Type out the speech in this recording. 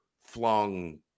flung